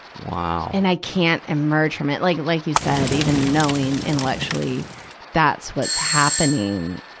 wow. and i can't emerge from it. like, like you said, even knowing intellectually that's what's happening,